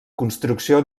construcció